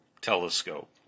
Telescope